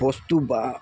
বস্তু বা